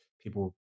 people